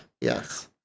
Yes